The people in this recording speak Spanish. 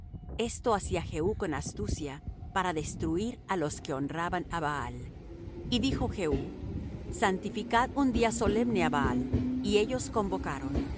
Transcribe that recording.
esto hacía jehú con astucia para destruir á los que honraban á baal y dijo jehú santificad un día solemne á baal y ellos convocaron